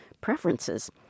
preferences